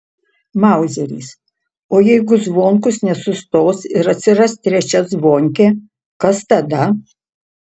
mauzeris o jeigu zvonkus nesustos ir atsiras trečia zvonkė kas tada